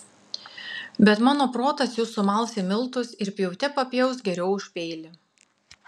bet mano protas jus sumals į miltus ir pjaute papjaus geriau už peilį